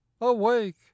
awake